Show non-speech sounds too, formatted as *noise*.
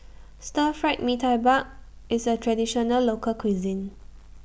Stir Fried Mee Tai *unintelligible* IS A Traditional Local Cuisine